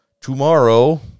tomorrow